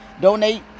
Donate